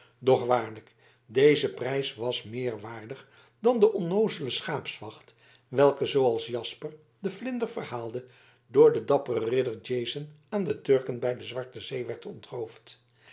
doch waarlijk deze prijs was meer waardig dan de onnoozele schaapsvacht welke zooals jasper de vinder verhaalde door den dapperen ridder jason aan de turken bij de zwarte zee werd ontroofd